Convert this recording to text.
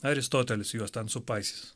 aristotelis juos ten supaisys